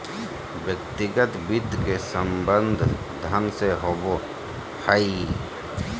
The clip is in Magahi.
व्यक्तिगत वित्त के संबंध धन से होबो हइ